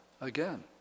again